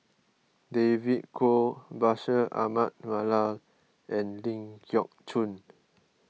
David Kwo Bashir Ahmad Mallal and Ling Geok Choon